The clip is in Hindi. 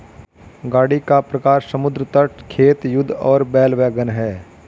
गाड़ी का प्रकार समुद्र तट, खेत, युद्ध और बैल वैगन है